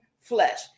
flesh